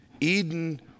Eden